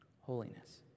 Holiness